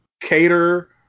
cater